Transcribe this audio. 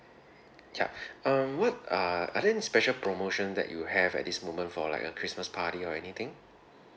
ya um what are are there any special promotion that you have at this moment for like a christmas party or anything